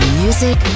music